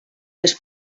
més